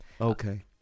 Okay